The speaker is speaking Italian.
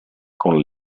con